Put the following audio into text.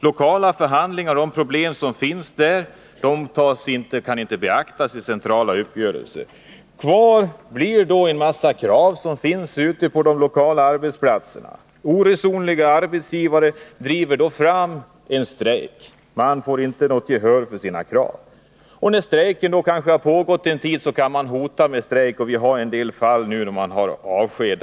Lokala förhandlingar om problem som där finns kan inte beaktas vid centrala uppgörelser. På de lokala arbetsplatserna kvarstår dock kraven. Oresonliga arbetsgivare driver då fram en strejk. Arbetarna får inte något gehör för sina krav. När konflikten har pågått en tid kan de hota med strejk. Det finns en del fall där resultatet har blivit avsked.